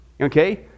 okay